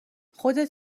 خودت